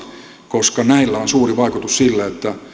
koska näillä on suuri vaikutus siihen että